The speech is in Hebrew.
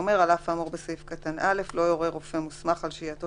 על אף האמור בסעיף קטן (א) לא יורה רופא מוסמך על שהייתו